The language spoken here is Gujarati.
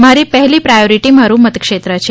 મારી પહેલી પ્રાયોરીટી મારુ મતક્ષેત્ર છે